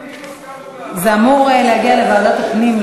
זה אמור להגיע לוועדת הפנים,